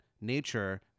nature